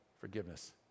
Forgiveness